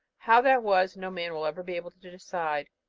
how that was, no man will ever be able to decide.